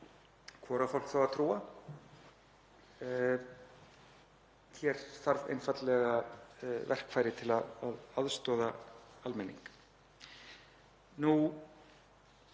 Hvoru á fólk þá að trúa? Hér þarf einfaldlega verkfæri til að aðstoða almenning.